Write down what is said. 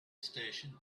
station